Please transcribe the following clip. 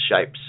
shapes